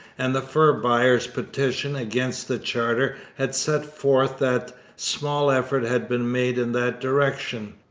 and the fur buyers' petition against the charter had set forth that small effort had been made in that direction.